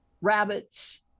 rabbits